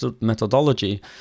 methodology